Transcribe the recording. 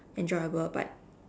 enjoyable but